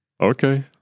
Okay